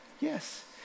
Yes